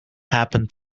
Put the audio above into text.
happen